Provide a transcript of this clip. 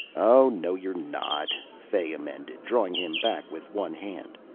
oh no you're not, fay amended, drawing him back with one hand.